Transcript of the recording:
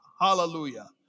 Hallelujah